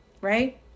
Right